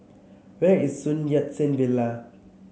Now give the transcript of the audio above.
where is Sun Yat Sen Villa